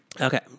Okay